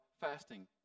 fasting